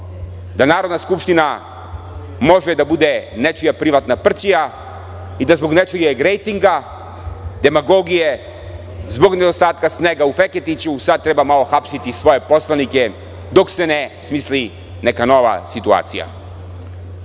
da Narodna skupština može da bude nečija privatna prćija i da zbog nečijeg rejtinga, demagogije, zbog nedostatka snega u Feketiću sad treba malo hapsiti svoje poslanike dok se ne smisli neka nova situacija. Kako